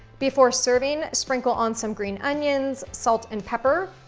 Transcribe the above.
before serving, sprinkle on some green onions, salt and pepper,